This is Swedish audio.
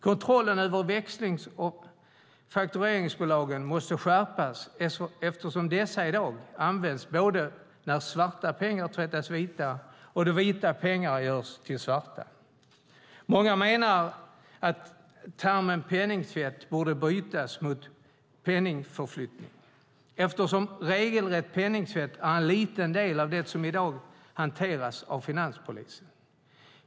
Kontrollen över växlings och faktureringsbolagen måste skärpas eftersom dessa i dag används både när svarta pengar tvättas vita och när vita pengar görs om till svarta. Många menar att termen "penningtvätt" borde bytas mot "penningförflyttning" eftersom regelrätt penningtvätt endast är en liten del av det som i dag hanteras av finanspolisen.